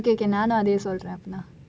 okay okay நானும் அதை சொல்றேன்:naanum athai solraen